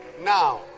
Now